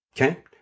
Okay